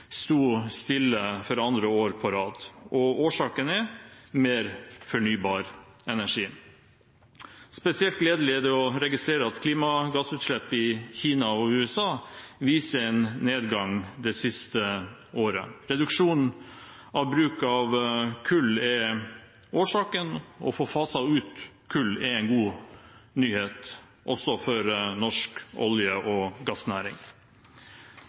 sto stille for andre år på rad. Årsaken er mer fornybar energi. Spesielt gledelig er det å registrere at klimagassutslipp i Kina og USA viser en nedgang det siste året. Reduksjonen i bruk av kull er årsaken. Å få faset ut kull er en god nyhet også for norsk olje- og gassnæring.